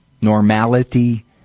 normality